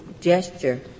gesture